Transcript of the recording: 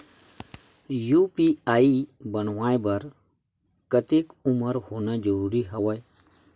UPI बनवाय बर कतेक उमर होना जरूरी हवय?